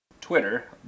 Twitter